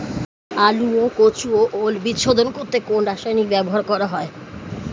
আলু ও কচু ও ওল বীজ শোধন করতে কোন রাসায়নিক ব্যবহার করা হয়?